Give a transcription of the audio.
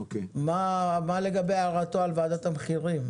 מה לגבי הערתו על ועדת המחירים?